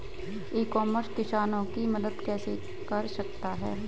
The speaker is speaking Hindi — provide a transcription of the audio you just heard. ई कॉमर्स किसानों की मदद कैसे कर सकता है?